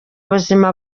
buzima